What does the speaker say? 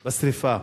בשרפה.